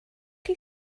chi